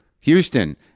Houston